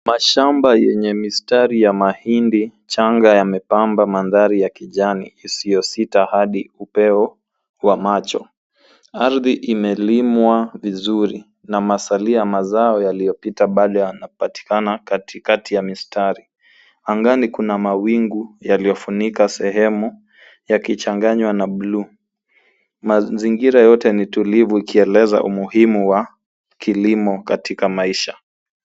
Mashamba yenye mistari ya mahindi changa yamepamba mandhari ya kijani isiyosita hadi upeo wa macho. Ardhi imelimwa vizuri na masalio ya mazao yaliyopita bado yanapatikana katikati ya mistari. Angani kuna mawingu yaliyofunika sehemu yakichanganywa na buluu. Mazingira yote ni tulivu ikieleza umuhimu wa kilimo katika maisha.